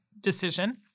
decision